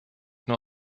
nur